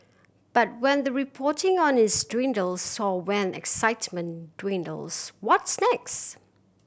but when the reporting on its dwindles soar when excitement dwindles what's next